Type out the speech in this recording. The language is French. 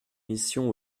mission